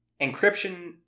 encryption